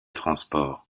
transports